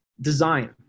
design